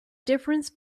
difference